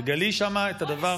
תגלי שם את הדבר,